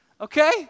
okay